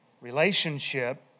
relationship